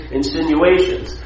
insinuations